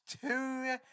two